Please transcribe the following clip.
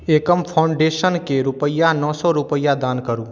एकम फ़ाउण्डेशनकेँ रूपैआ नओ सए रूपैआ दान करू